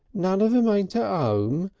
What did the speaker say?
none of em ain't ah um